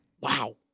Wow